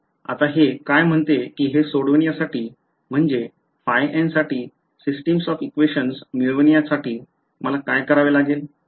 आता हे काय म्हणते की हे सोडवण्यासाठी म्हणजे ϕn साठी सिस्टिम्स ऑफ equations मिळण्यासाठी मला काय करावे लागेल